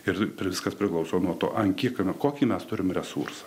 ir viskas priklauso nuo to ant kiek kokį mes turim resursą